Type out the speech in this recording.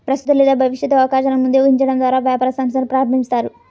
ప్రస్తుత లేదా భవిష్యత్తు అవకాశాలను ముందే ఊహించడం ద్వారా వ్యాపార సంస్థను ప్రారంభిస్తారు